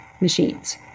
machines